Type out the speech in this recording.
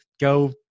go